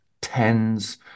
tens